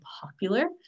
popular